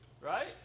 right